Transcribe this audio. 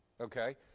okay